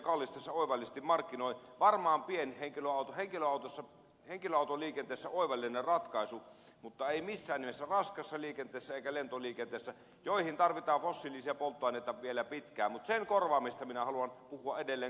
kallis tässä oivallisesti markkinoi varmaan henkilöautoliikenteessä on oivallinen ratkaisu mutta ei missään nimessä raskaassa liikenteessä eikä lentoliikenteessä joihin tarvitaan fossiilisia polttoaineita vielä pitkään mutta niiden korvaamisesta kotimaisilla raaka aineilla minä haluan puhua edelleen